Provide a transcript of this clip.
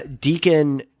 Deacon